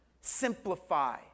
simplify